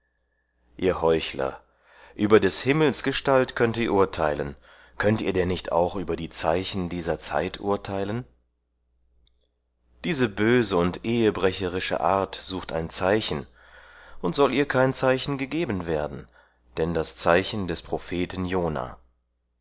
ihr heuchler über des himmels gestalt könnt ihr urteilen könnt ihr denn nicht auch über die zeichen dieser zeit urteilen diese böse und ehebrecherische art sucht ein zeichen und soll ihr kein zeichen gegeben werden denn das zeichen des propheten jona